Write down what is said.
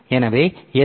எனவே எஸ்